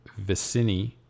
Vicini